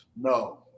No